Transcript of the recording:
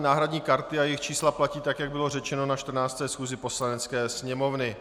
Náhradní karty a jejich čísla platí tak, jak bylo řečeno na 14. schůzi Poslanecké sněmovny.